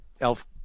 elf